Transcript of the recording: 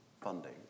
funding